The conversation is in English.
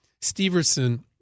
Steverson